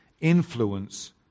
influence